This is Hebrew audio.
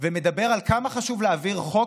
ומדבר על כמה חשוב להעביר חוק,